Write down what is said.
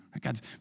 God's